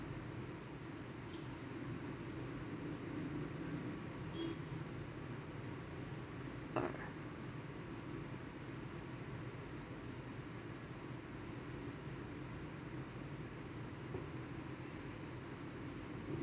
uh